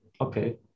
okay